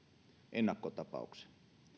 ennakkotapauksena